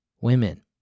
women